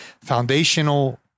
foundational